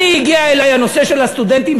הגיע אלי הנושא של הסטודנטים,